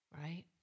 Right